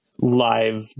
live